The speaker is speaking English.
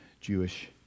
Jewish